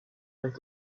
recht